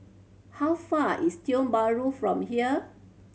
how far is Tiong Bahru from here